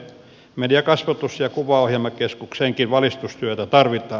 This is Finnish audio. mediakasvatus ja kuvaohjelmakeskukseenkin valitustyötä tarvitaan